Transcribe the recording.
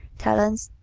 talents,